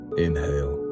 Inhale